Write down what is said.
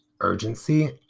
urgency